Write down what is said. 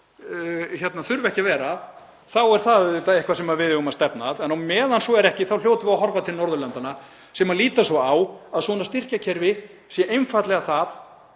þurfa ekki að vera þá er það auðvitað eitthvað sem við eigum að stefna að. En á meðan svo er ekki þá hljótum við að horfa til Norðurlandanna sem líta svo á að svona styrkjakerfi sé einfaldlega